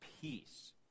peace